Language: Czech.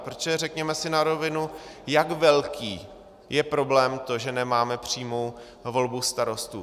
Protože řekněme si na rovinu, jak velký je problém to, že nemáme přímou volbu starostů?